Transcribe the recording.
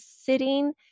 sitting